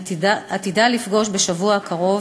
אני עתידה לפגוש בשבוע הקרוב,